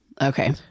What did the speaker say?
Okay